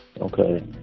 Okay